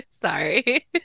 Sorry